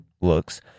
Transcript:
looks